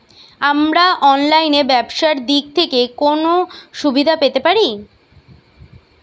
আমরা অনলাইনে ব্যবসার দিক থেকে কোন সুবিধা পেতে পারি?